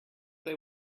they